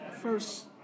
first